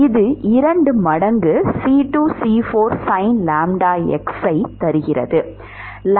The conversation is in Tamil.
இது 2 மடங்கு C2 C4 sinλx ஆனது